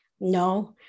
No